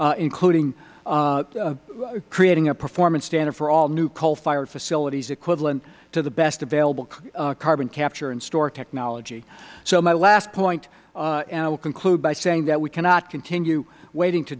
including creating a performance standard for all new coal fired facilities equivalent to the best available carbon capture and store technology so my last point and i will conclude by saying that we cannot continue waiting to